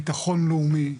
ביטחון לאומי,